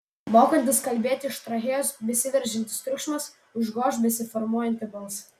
mokantis kalbėti iš trachėjos besiveržiantis triukšmas užgoš besiformuojantį balsą